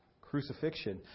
crucifixion